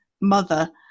mother